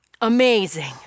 amazing